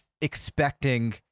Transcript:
expecting